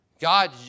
God